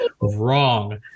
wrong